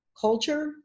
culture